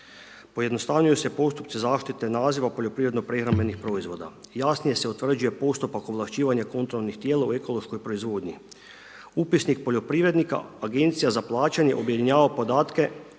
Pojednostavnjuju se postupci zaštite naziva poljoprivredno prehrambenih proizvoda, jasnije se utvrđuje postupak ovlašćivanja kontrolnih tijela u ekološkoj proizvodnji. Upisnik poljoprivrednika, Agencija za plaćanje objedinjava podatke